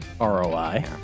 ROI